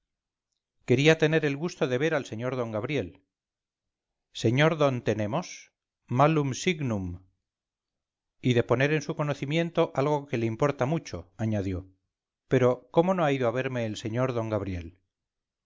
quería tener el gusto de ver al sr d gabriel señor don tenemos malum signum y de poner en su conocimiento algo que le importa mucho añadió pero cómo no ha ido a verme el sr d gabriel